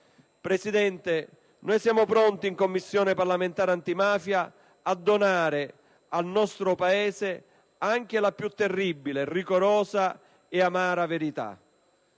Presidente, siamo pronti in Commissione parlamentare antimafia a donare al nostro Paese anche la più terribile, rigorosa e amara fra